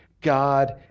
God